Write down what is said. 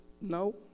No